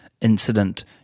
Incident